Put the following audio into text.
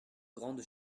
grandes